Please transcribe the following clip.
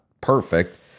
perfect